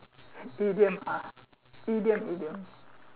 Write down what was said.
item ah item item